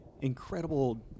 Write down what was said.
incredible